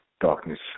darkness